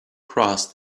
crossed